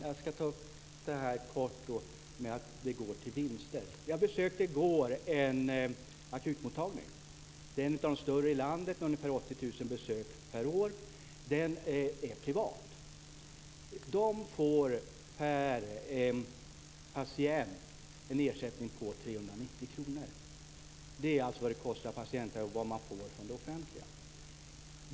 Fru talman! Jag ska kort ta upp att pengarna går till vinster. Jag besökte i går en akutmottagning. Det är en av de större i landet med ungefär 80 000 besök per år, och den är privat. Man får per patient en ersättning på 390 kr. Det är vad man får från det offentliga.